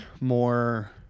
more